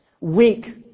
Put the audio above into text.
Weak